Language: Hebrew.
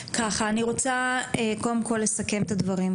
אני רוצה לסכם את הדברים.